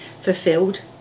fulfilled